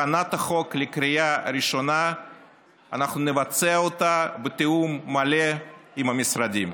את הכנת החוק לקריאה ראשונה אנחנו נבצע בתיאום מלא עם המשרדים.